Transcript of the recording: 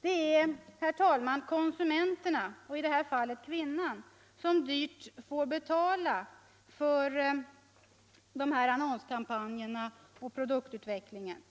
Det är, herr talman, konsumenterna, i det här fallet kvinnorna, som dyrt får betala för de här annonskampanjerna och produktutvecklingen.